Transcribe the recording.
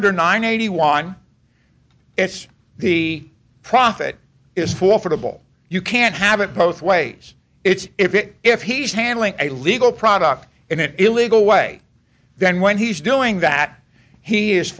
under ninety one it's the profit is for for the bill you can't have it both ways it's if it if he's handling a legal product in an illegal way then when he's doing that he is